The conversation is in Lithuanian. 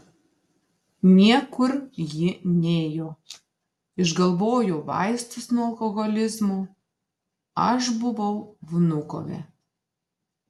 niekur ji nėjo išgalvojo vaistus nuo alkoholizmo aš buvau vnukove